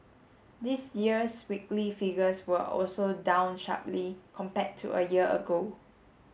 this year's weekly figures were also down sharply compared to a year ago